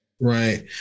right